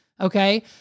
okay